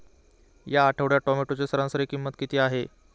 या आठवड्यात टोमॅटोची सरासरी किंमत किती आहे?